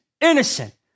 innocent